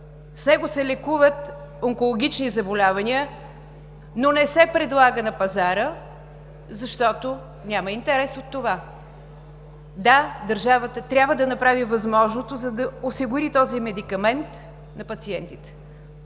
С него се лекуват онкологични заболявания, но не се предлага на пазара, защото няма интерес от това. Да, държавата трябва да направи възможното, за да осигури този медикамент на пациентите.